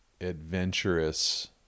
adventurous